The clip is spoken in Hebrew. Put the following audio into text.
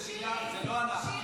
זה לא אנחנו.